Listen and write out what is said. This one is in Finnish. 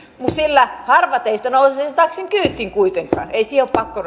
nimittäin harva teistä nousisi sen taksin kyytiin kuitenkaan ei siihen ole pakko